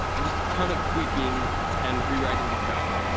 and just a ton of tweaking and rewriting the code.